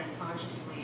unconsciously